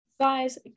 Guys